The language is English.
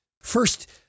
First